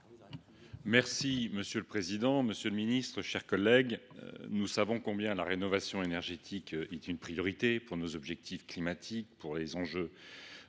Monsieur le président, monsieur le ministre, mes chers collègues, nous savons combien la rénovation énergétique est une priorité pour nos objectifs climatiques, pour les enjeux